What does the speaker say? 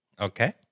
okay